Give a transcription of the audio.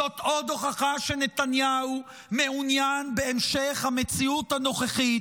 זו עוד הוכחה שנתניהו מעוניין בהמשך המציאות הנוכחית,